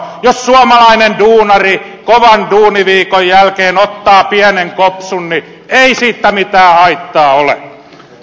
jos suomalainen duunari kovan duuniviikon jälkeen ottaa pienen kopsun niin ei siitä mitään haittaa ole